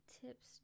tips